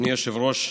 אדוני היושב-ראש,